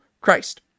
Christ